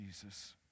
Jesus